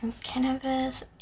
Cannabis